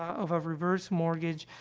of a reverse mortgage,